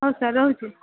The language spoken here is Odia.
ହଁ ସାର୍ ରହୁଛି